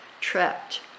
trapped